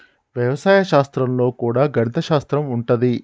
వ్యవసాయ శాస్త్రం లో కూడా గణిత శాస్త్రం ఉంటది